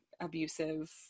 abusive